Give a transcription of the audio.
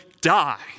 die